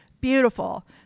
Beautiful